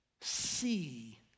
see